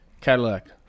Cadillac